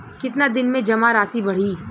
कितना दिन में जमा राशि बढ़ी?